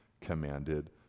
commanded